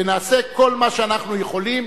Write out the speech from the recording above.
ונעשה כל מה שאנחנו יכולים,